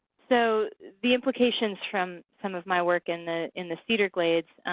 so the implications from some of my work in the in the cedar glades,